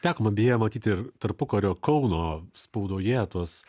teko man beje matyt ir tarpukario kauno spaudoje tuos